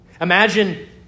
Imagine